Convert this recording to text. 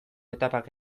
etapak